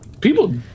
People